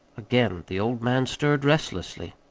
again the old man stirred restlessly.